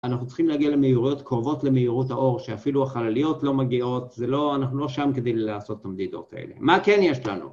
‫אנחנו צריכים להגיע למהירויות ‫קרובות למהירות האור, ‫שאפילו החלליות לא מגיעות, זה לא... ‫אנחנו לא שם כדי לעשות ‫את המדידות האלה. ‫מה כן יש לנו?